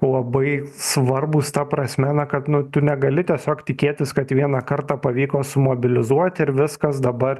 labai svarbūs ta prasme na kad nu tu negali tiesiog tikėtis kad vieną kartą pavyko sumobilizuoti ir viskas dabar